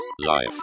life